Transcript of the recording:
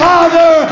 Father